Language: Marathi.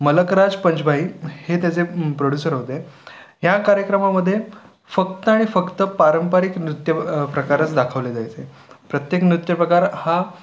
मलकराज पंचभाई हे त्याचे प्रोड्युसर होते ह्या कार्यक्रमामध्ये फक्त आणि फक्त पारंपरिक नृत्य प्रकारच दाखवले जायचे प्रत्येक नृत्यपकार हा